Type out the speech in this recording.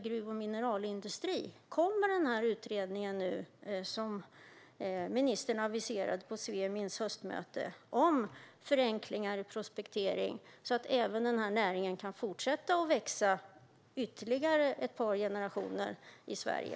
Kommer nu den utredning som ministern aviserade på Svemins höstmöte, om förenklingar i prospektering, så att även denna näring kan fortsätta att växa ytterligare ett par generationer i Sverige?